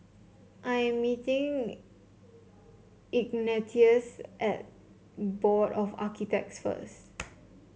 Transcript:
I am meeting Ignatius at Board of Architects first